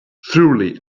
thoroughly